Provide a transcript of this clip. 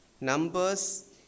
Numbers